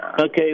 Okay